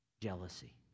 jealousy